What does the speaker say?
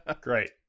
Great